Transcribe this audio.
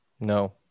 No